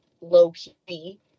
low-key